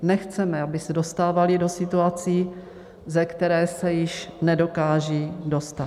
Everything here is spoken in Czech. Nechceme, aby se dostávaly do situací, ze kterých se již nedokážou dostat.